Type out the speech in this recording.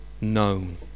known